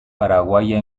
paraguaya